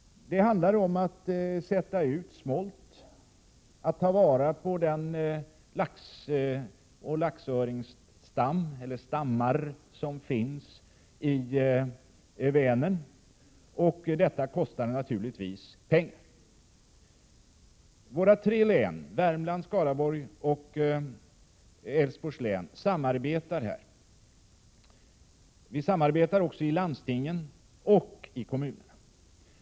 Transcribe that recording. Det handlar om att sätta ut smolt, att ta vara på de laxstammar som finns i Vänern. Detta kostar naturligtvis pengar. Våra tre län, Värmlands, Skaraborgs och Älvsborgs län, samarbetar om detta. Vi samarbetar också i landsting och i kommuner.